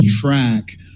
track